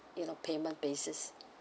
you know payment basis